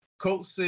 Coates